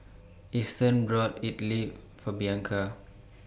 Easton bought Idili For Bianca